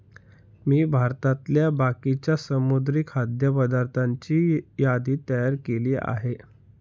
मी भारतातल्या बाकीच्या समुद्री खाद्य पदार्थांची यादी तयार केली आहे